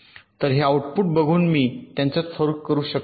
तर हे आऊटपुट बघून मी त्यांच्यात फरक करू शकत नाही